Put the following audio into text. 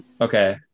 Okay